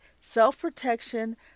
self-protection